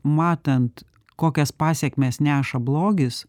matant kokias pasekmes neša blogis